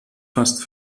fast